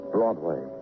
Broadway